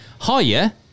Hiya